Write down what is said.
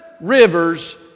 rivers